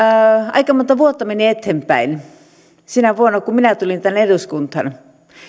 aika monta vuotta meni eteenpäin sinä vuonna kun minä tulin tänne eduskuntaan